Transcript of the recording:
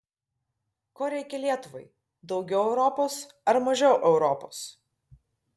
ko reikia lietuvai daugiau europos ar mažiau europos